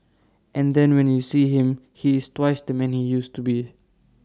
and then when you see him he is twice the man he used to be